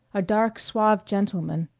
a dark suave gentleman,